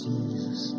Jesus